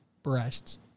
breasts